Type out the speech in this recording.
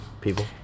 people